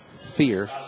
Fear